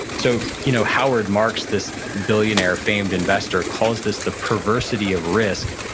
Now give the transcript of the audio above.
so you know howard marks, this billionaire famed investor, calls this the perversity of risk,